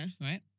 Right